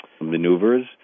maneuvers